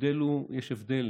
יש הבדל